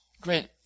great